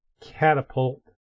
Catapult